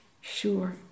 Sure